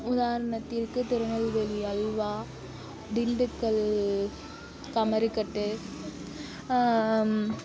உதாரணத்திற்கு திருநெல்வேலி அல்வா திண்டுக்கல் கமருகட்டு